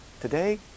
today